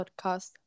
podcast